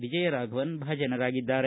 ವಿಜಯರಾಘವನ್ ಭಾಜನರಾಗಿದ್ದಾರೆ